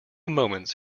moments